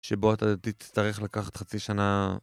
שבו אתה תצטרך לקחת חצי שנה...